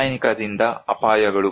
ರಾಸಾಯನಿಕದಿಂದ ಅಪಾಯಗಳು